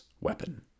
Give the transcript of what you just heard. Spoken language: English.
weapon